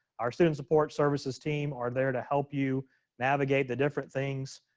our student support services team are there to help you navigate the different things.